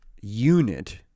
unit